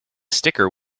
sticker